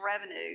revenue